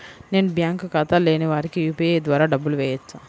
నేను బ్యాంక్ ఖాతా లేని వారికి యూ.పీ.ఐ ద్వారా డబ్బులు వేయచ్చా?